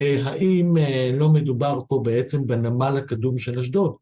האם לא מדובר פה בעצם בנמל הקדום של אשדוד?